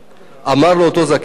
אמר לו אותו זקן: